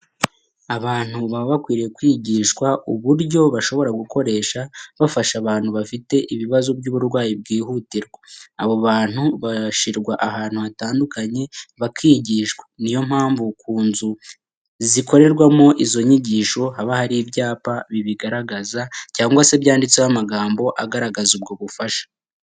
Abantu baba bakwiriye kwigishwa uburyo bashobora gukoresha bafasha abantu bafite ibibazo by'uburwayi bwihutirwa. Abo bantu bashyirwa ahantu hatandukanye bakigishwa. Niyo mpamvu ku nzu zikorerwamo izo nyigisho haba hari ibyapa bibigaragaza, cyangwa se byanditseho amagambo agaragaza ubwo bufasha.